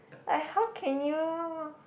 like how can you